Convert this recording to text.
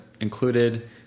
included